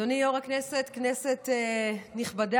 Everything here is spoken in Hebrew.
אדוני יו"ר הישיבה, כנסת נכבדה,